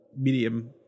medium